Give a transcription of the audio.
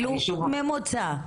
בממוצע.